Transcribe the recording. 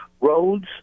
roads